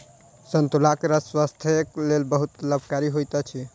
संतोलाक रस स्वास्थ्यक लेल बहुत लाभकारी होइत अछि